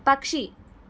పక్షి